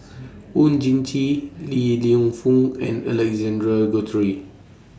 Oon Jin Gee Li Lienfung and Alexander Guthrie